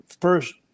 first